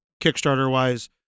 Kickstarter-wise